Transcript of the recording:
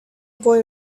boy